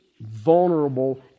vulnerable